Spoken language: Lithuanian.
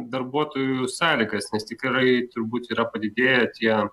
darbuotojų sąlygas nes tikrai turbūt yra padidėję tie